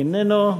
איננו,